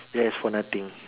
that is for nothing